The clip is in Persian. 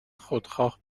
خودخواه